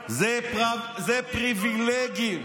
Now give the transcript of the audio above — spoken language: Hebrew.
זה פריבילגים.